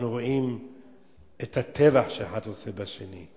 אנחנו רואים את הטבח שאחד עושה בשני.